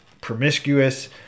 promiscuous